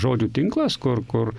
žodžių tinklas kur kur